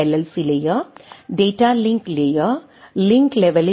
C layer data link layer link லெவெலில் B